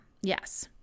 yes